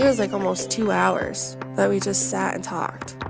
it was like almost two hours that we just sat and talked